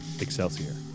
Excelsior